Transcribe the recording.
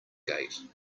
gate